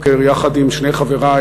יחד עם שני חברי,